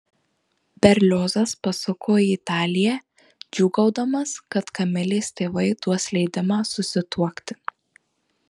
berliozas pasuko į italiją džiūgaudamas kad kamilės tėvai duos leidimą susituokti